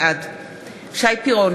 בעד שי פירון,